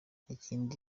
ikindi